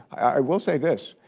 i will say this,